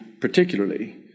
particularly